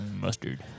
Mustard